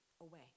away